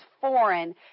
foreign